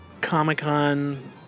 Comic-Con